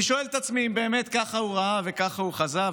אני שואל את עצמי אם באמת ככה הוא ראה וככה הוא חזה.